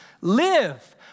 live